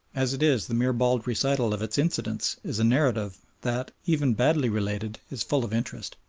as it is, the mere bald recital of its incidents is a narrative that, even badly related, is full of interest.